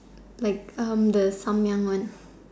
like erm the Tom-Yum one